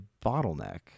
bottleneck